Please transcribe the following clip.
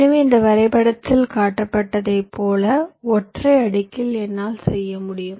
எனவே இந்த வரைபடத்தில் காட்டப்பட்டுள்ளதைப் போல ஒற்றை அடுக்கில் என்னால் செய்ய முடியும்